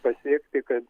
pasiekti kad